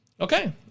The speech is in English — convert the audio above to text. Okay